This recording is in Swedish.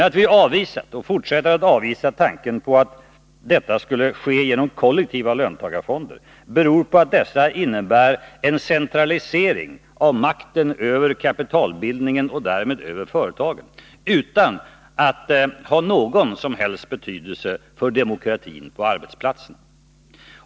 Att vi har avvisat och fortsätter att avvisa tanken att detta skall ske genom kollektiva löntagarfonder beror på att dessa innebär en centralisering av makten över kapitalbildningen och därmed över företagen utan att ha någon som helst betydelse för demokratin på arbetsplatserna.